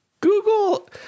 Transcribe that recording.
Google